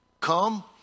come